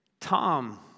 Tom